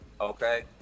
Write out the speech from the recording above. Okay